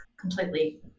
completely